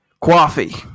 Coffee